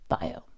bio